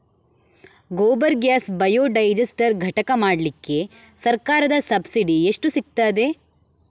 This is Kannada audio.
ಗೋಬರ್ ಗ್ಯಾಸ್ ಬಯೋಡೈಜಸ್ಟರ್ ಘಟಕ ಮಾಡ್ಲಿಕ್ಕೆ ಸರ್ಕಾರದ ಸಬ್ಸಿಡಿ ಎಷ್ಟು ಸಿಕ್ತಾದೆ?